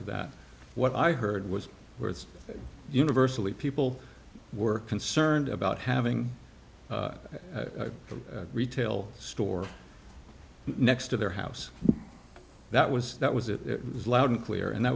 to that what i heard was where it's universally people were concerned about having a retail store next to their house that was that was it was loud and clear and that